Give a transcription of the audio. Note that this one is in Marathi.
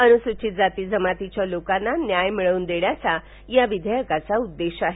अनुसूचित जाती बमातीच्या लोकांना न्याय मिळवून देण्याचा या विघेयकाचा उद्देश आहे